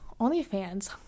OnlyFans